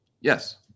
Yes